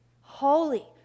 holy